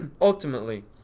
ultimately